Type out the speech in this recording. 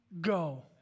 go